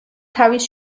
თავის